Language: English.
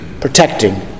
protecting